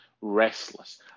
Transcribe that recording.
restless